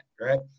right